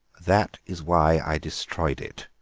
that is why i destroyed it,